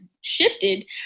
shifted